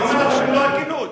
אני אומר לך במלוא ההגינות.